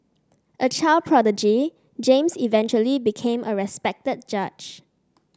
a child prodigy James eventually became a respected judge